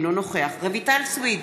אינו נוכח רויטל סויד,